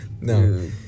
No